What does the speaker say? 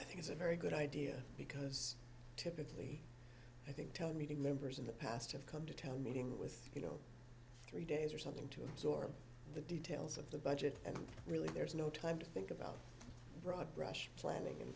i think is a very good idea because typically i think tell me the members in the past have come to town meeting with you know three days or something to absorb the details of the budget and really there's no time to think about broad brush planning and